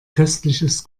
köstliches